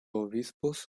obispos